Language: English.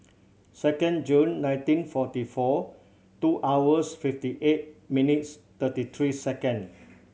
second June nineteen forty four two hours fifty eight minutes thirty three second